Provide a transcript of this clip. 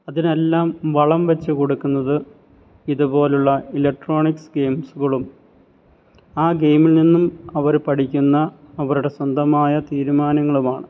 അതിനെല്ലാം വളംവച്ചു കൊടുക്കുന്നത് ഇതുപോലുള്ള ഇലക്ട്രോണിക്സ് ഗെയിംസുകളും ആ ഗെയിമിൽ നിന്നും അവർ പഠിക്കുന്ന അവരുടെ സ്വന്തമായ തീരുമാനങ്ങളുമാണ്